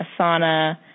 Asana